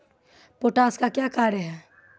Potash का क्या कार्य हैं?